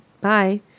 bye